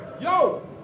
Yo